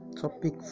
topic